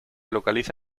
localiza